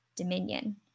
dominion